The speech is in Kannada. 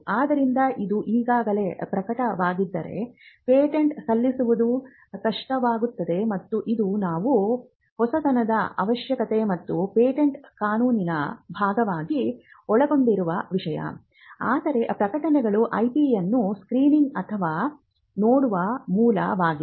ಆದ್ದರಿಂದ ಇದು ಈಗಾಗಲೇ ಪ್ರಕಟವಾಗಿದ್ದರೆ ಪೇಟೆಂಟ್ ಸಲ್ಲಿಸುವುದು ಕಷ್ಟವಾಗುತ್ತದೆ ಮತ್ತು ಇದು ನಾವು ಹೊಸತನದ ಅವಶ್ಯಕತೆ ಮತ್ತು ಪೇಟೆಂಟ್ ಕಾನೂನಿನ ಭಾಗವಾಗಿ ಒಳಗೊಂಡಿರುವ ವಿಷಯ ಆದರೆ ಪ್ರಕಟಣೆಗಳು IP ಯನ್ನು ಸ್ಕ್ರೀನಿಂಗ್ ಅಥವಾ ನೋಡುವ ಮೂಲವಾಗಿದೆ